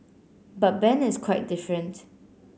but Ben is quite different